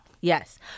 Yes